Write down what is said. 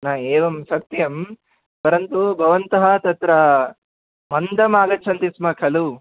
न एवं सत्यं परन्तु भवन्तः तत्र मन्दमागच्छन्ति स्म खलु